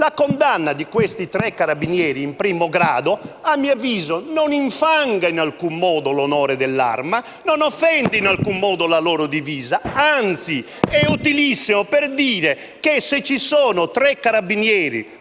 La condanna di questi tre carabinieri in primo grado, a mio avviso, non infanga in alcun modo l'onore dell'Arma, non offende in alcun modo la loro divisa, ma anzi è utilissima per dire che, se ci sono tre carabinieri